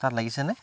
তাত লাগিছেনে